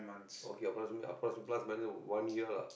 okay plus plus minus of one year lah